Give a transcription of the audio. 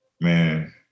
Man